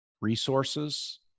resources